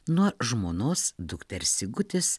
nuo žmonos dukters sigutis